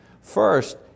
First